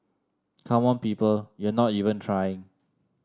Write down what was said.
come on people you're not even trying